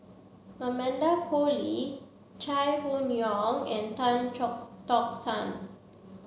Amanda Koe Lee Chai Hon Yoong and Tan Chock Tock San